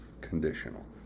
conditional